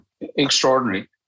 Extraordinary